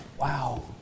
wow